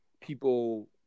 people